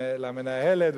למנהלת,